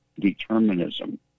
determinism